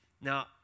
Now